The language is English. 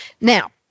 now